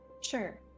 Sure